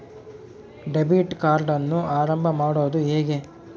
Debit ಕಾರ್ಡನ್ನು ಆರಂಭ ಮಾಡೋದು ಹೇಗೆ?